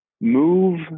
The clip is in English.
move